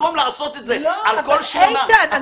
במקום לעשות את זה על כל --- אבל איתן,